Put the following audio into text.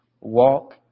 Walk